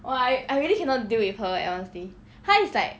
!wah! I I really cannot deal with her eh honestly 她 is like